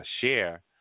share